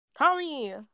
Tommy